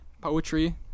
Poetry